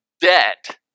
Debt